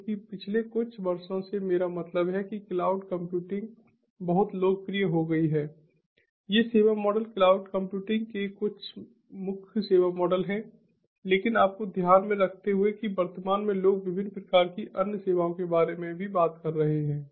चूंकि पिछले कुछ वर्षों से मेरा मतलब है कि क्लाउड कंप्यूटिंग बहुत लोकप्रिय हो गई है ये सेवा मॉडल क्लाउड कंप्यूटिंग के मुख्य सेवा मॉडल हैं लेकिन आपको ध्यान में रखते हुए कि वर्तमान में लोग विभिन्न प्रकार की अन्य सेवाओं के बारे में भी बात कर रहे हैं